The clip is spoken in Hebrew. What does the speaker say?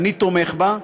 אני תומך בה.